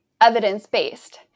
evidence-based